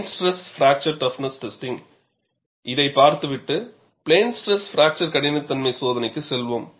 plane stress fracture toughness testing இதைப் பார்த்துவிட்டு plane stress fracture கடினத்தன்மை சோதனைக்கு செல்வோம்